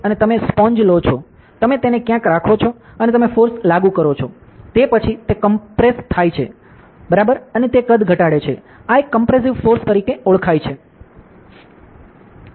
અને તમે સ્પોન્જ લો છો તમે તેને ક્યાંક રાખો છો અને તમે ફોર્સ લાગુ કરો છો તે પછી તે કોમ્પ્રેસ થાય છે બરાબર અને તે કદ ઘટાડે છે આ એક કોમ્પ્રેસીવ ફોર્સ તરીકે ઓળખાય છે